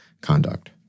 conduct